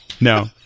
No